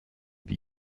wie